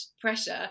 pressure